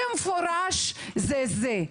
במפורש זה זה.